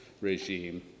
regime